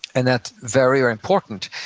and that's very, very important,